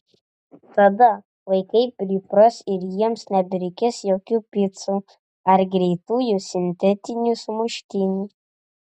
tada vaikai pripras ir jiems nebereikės jokių picų ar greitųjų sintetinių sumuštinių